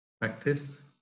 Practice